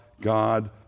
God